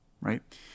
right